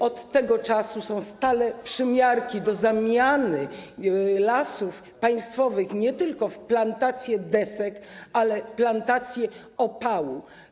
Od tego czasu są stale przymiarki do zamiany Lasów Państwowych nie tylko w plantację desek, ale także plantację opału.